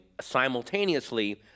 simultaneously